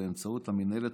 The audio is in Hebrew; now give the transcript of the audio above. באמצעות המינהלת,